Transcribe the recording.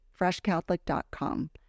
freshcatholic.com